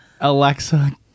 Alexa